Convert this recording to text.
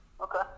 Okay